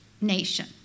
nation